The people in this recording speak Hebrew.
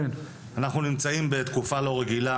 אנחנו נמצאים בתקופה לא רגילה.